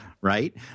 right